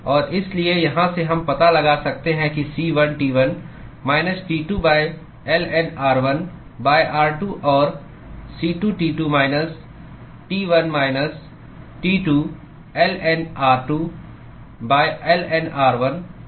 और इसलिए यहाँ से हम पता लगा सकते हैं कि C1 T1 minus T2 ln r1 r2 और C2 T2 minus T1 minus T2 ln r2 ln r1 r2 है